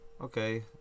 okay